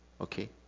Okay